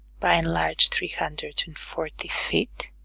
by and large three hundred and forty feet,